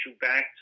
back